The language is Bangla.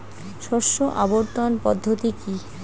শস্য আবর্তন পদ্ধতি কি?